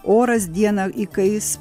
oras dieną įkais